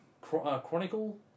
Chronicle